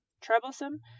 troublesome